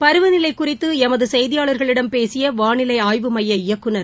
பருவநிலைகுறித்துளமதுசெய்தியாளர்களிடம் பேசியவானிலைஆய்வு மைய இயக்குநர்